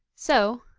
so,